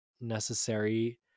necessary